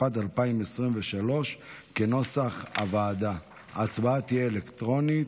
התשפ"ד 2023. ההצבעה תהיה אלקטרונית.